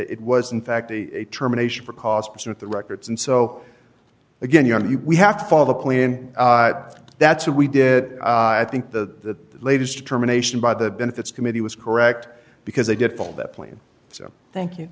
it was in fact terminations or costs with the records and so again you know you we have to follow the plan that's what we did that i think the latest determination by the benefits committee was correct because they did fall that plan so thank you